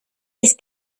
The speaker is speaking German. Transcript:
ist